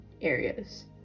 areas